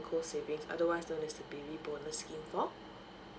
co savings otherwise known as the baby bonus scheme for